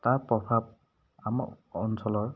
তাৰ প্ৰভাৱ আমাৰ অঞ্চলৰ